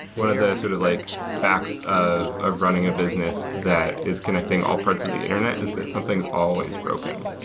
one of the sort of like facts of of running a business that is connecting all parts of the internet is that some things are always broken.